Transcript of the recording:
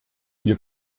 wir